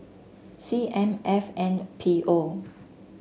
C M F N P O